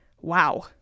Wow